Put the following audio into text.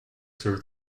serve